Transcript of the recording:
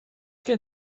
gen